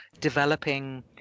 developing